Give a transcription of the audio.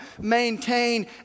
maintain